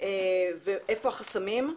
ואיפה החסמים.